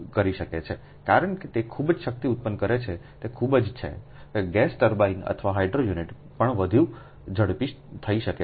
કારણ કે તે ખૂબ જ શક્તિ ઉત્પન્ન કરે છે તે ખૂબજ છે ગેસ ટર્બાઇન અથવા હાઇડ્રો યુનિટ પણ વધુ ઝડપી થઈ શકે છે છે